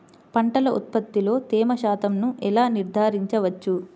పంటల ఉత్పత్తిలో తేమ శాతంను ఎలా నిర్ధారించవచ్చు?